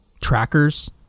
trackers